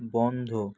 বন্ধ